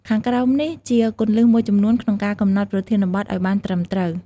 ខាងក្រោមនេះជាគន្លឹះមួយចំនួនក្នុងការកំណត់ប្រធានបទឲ្យបានត្រឺមត្រូវ៖